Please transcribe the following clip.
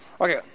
Okay